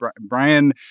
Brian